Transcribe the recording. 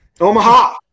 Omaha